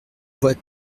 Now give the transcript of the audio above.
voix